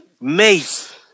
Mace